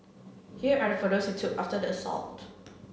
here are the photos he took after the assault